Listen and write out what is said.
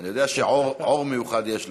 אני יודע שעור מיוחד יש לך,